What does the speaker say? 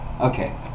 Okay